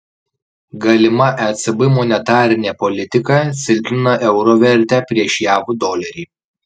galima ecb monetarinė politika silpnina euro vertę prieš jav dolerį